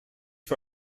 für